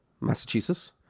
Massachusetts